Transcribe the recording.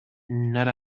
not